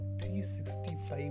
365